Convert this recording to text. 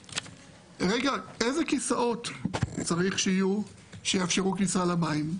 איזה כיסאות צריך שיהיו שיאפשרו כניסה למים.